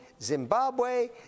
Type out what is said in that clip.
Zimbabwe